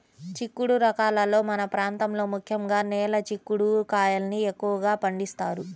చిక్కుడు రకాలలో మన ప్రాంతంలో ముఖ్యంగా నేల చిక్కుడు కాయల్ని ఎక్కువగా పండిస్తారు